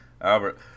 Albert